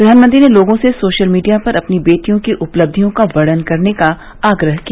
प्रधानमंत्री ने लोगों से सोशल मीडिया पर अपनी बेटियों की उपलब्धियों का वर्णन करने का आग्रह किया